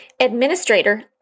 Administrator